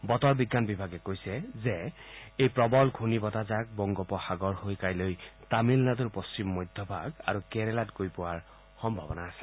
বতৰ বিজ্ঞান বিভাগে জনাইছে যে এই প্ৰবল ঘূৰ্ণী বতাহ জাক বংগোপ সাগৰ হৈ কাইলৈ তামিলনাডুৰ পশ্চিম মধ্যভাগ আৰু কেৰেলাত গৈ পোৱাৰ সম্ভাৱনা আছে